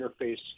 interface